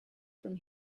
from